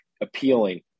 appealing